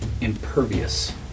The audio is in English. impervious